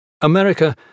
America